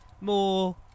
more